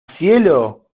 cielo